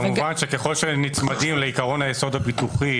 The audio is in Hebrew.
כמובן ככל שנצמדים לעקרון היסוד הביטוחי,